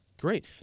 Great